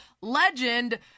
legend